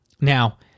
Now